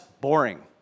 boring